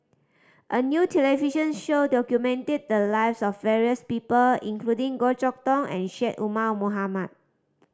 a new television show documented the lives of various people including Goh Chok Tong and Syed Omar Mohamed